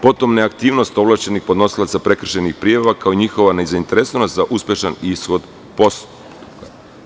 Potom neaktivnost ovlašćenih podnosilaca prekršajnih prijava, kao i njihova nezainteresovanost za uspešan ishod postupka.